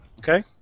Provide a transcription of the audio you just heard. Okay